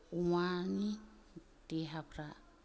अमानि देहाफ्रा